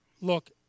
Look